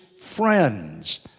friends